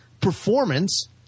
performance